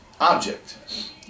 object